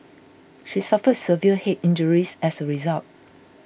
she suffered severe head injuries as a result